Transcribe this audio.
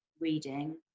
reading